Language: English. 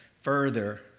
further